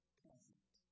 present